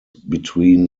between